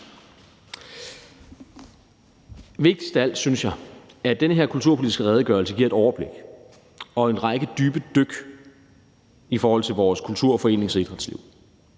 Vigtigst af alt synes jeg, at den her kulturpolitiske redegørelse giver et overblik og en række dybe dyk i forhold til vores kultur-, forenings- og idrætsliv.